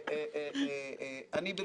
ולאחר מכן אאפשר לחבריי